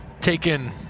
taken –